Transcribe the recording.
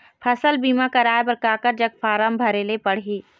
फसल बीमा कराए बर काकर जग फारम भरेले पड़ही?